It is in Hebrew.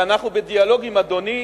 ואנחנו בדיאלוג עם אדוני